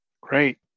Great